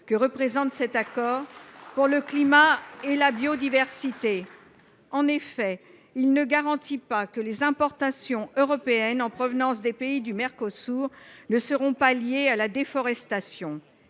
que représente cet accord pour le climat et la biodiversité. En effet, il ne garantit pas que les importations européennes en provenance des pays du Mercosur ne seront pas liées à la déforestation.